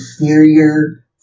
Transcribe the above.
Inferior